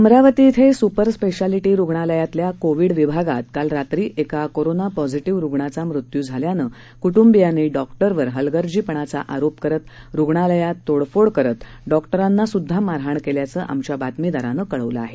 अमरावती इथं super speciality रुग्णालयातल्या covid विभागात काल रात्री एका कोरोना पॉझिटिव्ह रुग्णाचा मृत्यू झाल्यानं कुटुंबियांनी डॉक्टरवर हलगर्जीपणाचा आरोप करत रुग्णालयात तोडफोड करत डॉक्टरांना स्द्धा मारहाण केल्याचं आमच्या बातमीदारानं कळवलं आहे